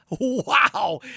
Wow